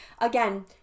again